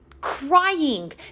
crying